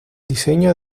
diseño